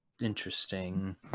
Interesting